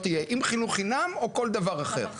תהיה אם חינוך חינם או כל דבר אחר.